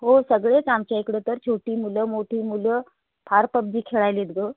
हो सगळेच आमच्या इकडं तर छोटी मुलं मोठी मुलं फार पबजी खेळायलीत गं